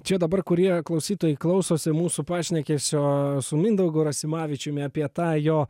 čia dabar kurie klausytojai klausosi mūsų pašnekesio su mindaugu rasimavičiumi apie tą jo